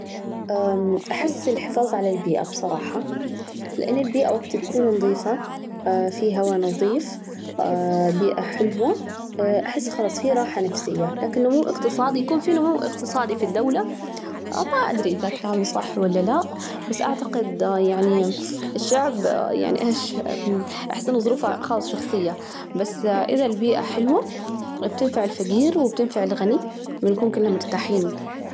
أحس الحفاظ على البيئة بصراحة، لأن البيئة وقت تكون نظيفة في هواء نظيف، بيئة حلوة، أحس خلاص في راحة نفسية، لكن نمو اقتصادي يكون في نمو اقتصادي في الدولة، ما أدري إذا كلامي صح ولا لا، بس أعتقد يعني الشعب يعني إيش أحس إنه ظروفه خاصة شخصية، بس إذا البيئة حلوة بتنفع الفجير وبتنفع الغني، بنكون كلنا مرتاحين.